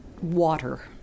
water